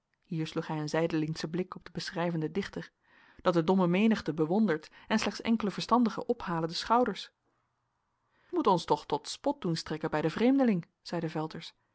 hij een zijdelingschen blik op den beschrijvenden dichter dat de domme menigte bewondert en slechts enkele verstandigen ophalen de schouders t moet ons toch tot spot doen strekken bij den vreemdeling zeide velters